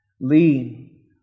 Lean